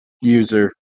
user